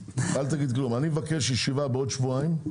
אני מבקש ישיבה בעוד שבועיים,